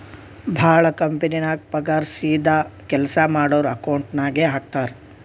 ಭಾಳ ಕಂಪನಿನಾಗ್ ಪಗಾರ್ ಸೀದಾ ಕೆಲ್ಸಾ ಮಾಡೋರ್ ಅಕೌಂಟ್ ನಾಗೆ ಹಾಕ್ತಾರ್